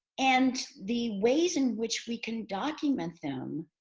and the ways in which we can document them,